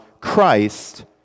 Christ